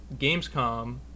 Gamescom